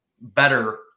better